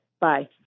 Bye